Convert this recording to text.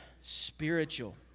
spiritual